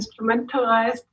instrumentalized